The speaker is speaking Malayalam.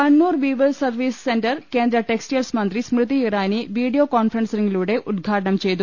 കണ്ണൂർ വീവേഴ്സ് സർപ്പീസ് സെന്റർ കേന്ദ്ര ടെക്സ്റ്റൈൽസ് മന്ത്രി സ്മൃതി ഇറാനി വീഡിയോ കോൺഫ റൻസിങ്ങിലൂടെ ഉദ്ഘാടനം ചെയ്തു